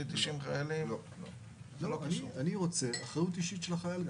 אני רוצה אחריות אישית גם של החיל.